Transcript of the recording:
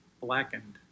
blackened